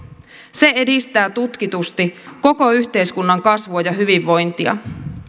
se edistää tutkitusti koko yhteiskunnan kasvua ja hyvinvointia